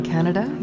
Canada